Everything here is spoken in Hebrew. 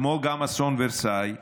כמו גם אסון ורסאי,